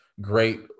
great